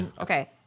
okay